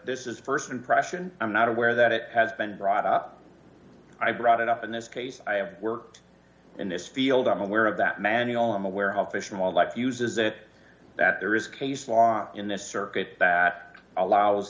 this is a st impression i'm not aware that it has been brought up i brought it up in this case i have worked in this field i'm aware of that manual i'm aware helping wildlife uses it that there is case law in the circuit that allows